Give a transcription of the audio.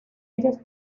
ellos